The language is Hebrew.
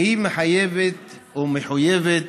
והיא מחויבת